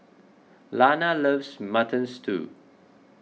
Lana loves Mutton Stew